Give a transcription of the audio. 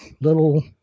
little